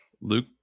Luke